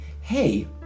hey